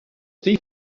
thief